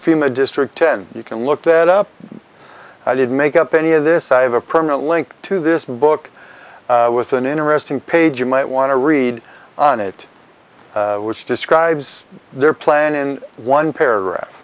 fema district ten you can look that up i didn't make up any of this i have a permanent link to this book with an interesting page you might want to read on it which describes their plan in one pa